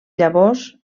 llavors